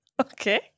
Okay